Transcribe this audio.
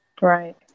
Right